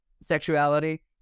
sexuality